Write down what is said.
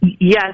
Yes